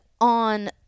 on